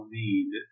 need